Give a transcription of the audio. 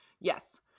Yes